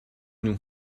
nous